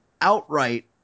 outright